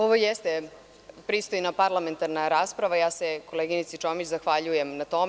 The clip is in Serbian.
Ovo jeste pristojna parlamentarna rasprava, ja se koleginici Čomić zahvaljujem na tome.